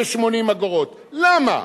למה?